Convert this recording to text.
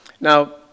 Now